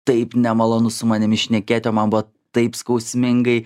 taip nemalonu su manimi šnekėti o man buvo taip skausmingai